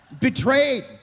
Betrayed